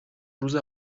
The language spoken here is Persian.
روز